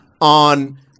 on